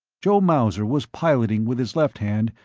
joe mauser was piloting with his left hand,